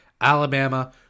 Alabama